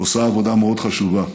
עושה עבודה מאוד חשובה.